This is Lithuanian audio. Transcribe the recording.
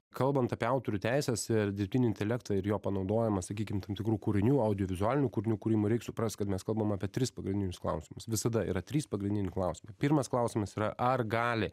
kalbant apie autorių teises ir dirbtinį intelektą ir jo panaudojimą sakykim tam tikrų kūrinių audiovizualinių kūrinių kūrimui reik suprast kad mes kalbam apie tris pagrindinius klausimus visada yra trys pagrindiniai klausimai pirmas klausimas yra ar gali